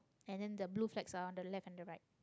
and then the blue flags are on the left and the right